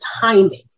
timing